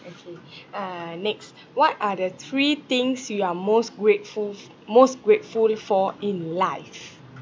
okay uh next what are the three things you are most grateful most grateful for in life